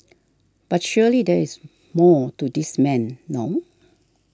but surely there is more to this man no